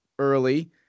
Early